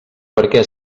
perquè